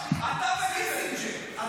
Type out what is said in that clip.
אתה עם הישגים וואו, אתה